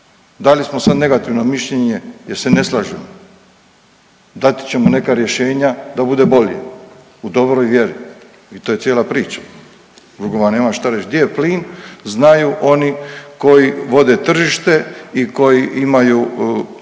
Dali smo sad negativno mišljenje jer se ne slažemo, dati ćemo neka rješenja da bude bolje u dobroj vjeri i to je cijela priča, drugo vam nemam šta reći. Gdje je plin znaju oni koji vode tržište i koji imaju